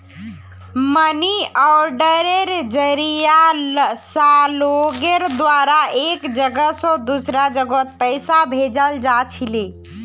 money आर्डरेर जरिया स लोगेर द्वारा एक जगह स दूसरा जगहत पैसा भेजाल जा छिले